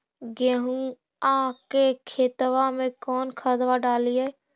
गेहुआ के खेतवा में कौन खदबा डालिए?